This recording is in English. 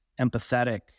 empathetic